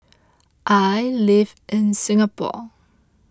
I live in Singapore